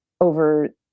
over